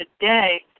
today